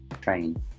Train